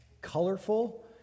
colorful